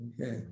Okay